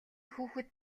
хүүхэд